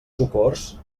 socors